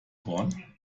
korn